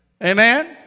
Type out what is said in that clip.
Amen